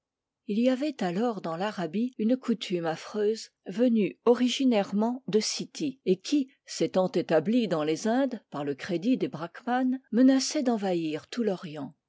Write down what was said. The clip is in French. il y avait alors dans l'arabie une coutume affreuse venue originairement de scythie et qui s'étant établie dans les indes par le crédit des brachmanes menaçait d'envahir tout l'orient